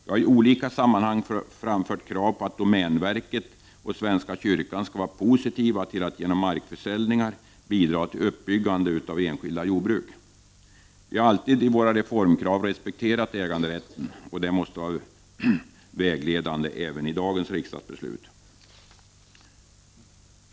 Vi har i olika sammanhang framfört krav på att domänverket och svenska kyrkan skall vara positiva till att genom markförsäljningar bidra till uppbyggande av enskilda jordbruk. Vi har alltid i våra re formkrav respekterat äganderätten, och detta måste vara vägledande även i dagens riksdagsbeslut.